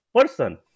person